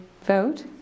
vote